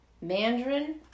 Mandarin